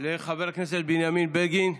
לחבר הכנסת בנימין בגין,